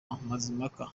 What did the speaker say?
mazimpaka